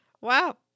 wow